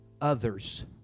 others